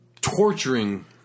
torturing